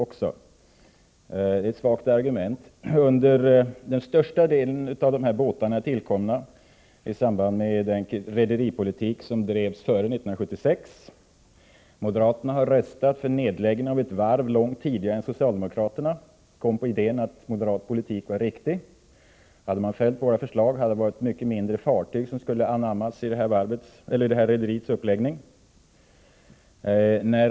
Det är ett svagt argument han kommer med. Största delen av Zenits båtar tillkom i samband med den rederipolitik som drevs före 1976. Moderaterna har röstat för nedläggning av ett varv långt tidigare än socialdemokraterna kom till insikt om att moderat politik var riktig. Hade de följt våra förslag hade det varit mycket färre fartyg som skulle ha anammats i detta rederis uppläggning.